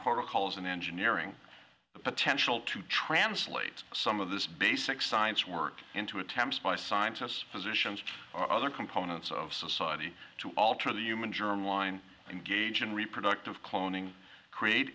protocols in engineering the potential to translate some of this basic science work into attempts by scientists physicians and other components of society to alter the human germline engage in reproductive cloning create